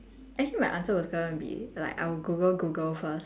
actually my answer was gonna be like I will google google first